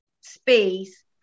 space